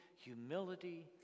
humility